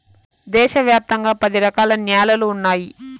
దేశ వ్యాప్తంగా పది రకాల న్యాలలు ఉన్నాయి